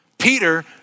Peter